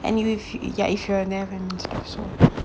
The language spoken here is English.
and you if you are or so